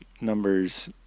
numbers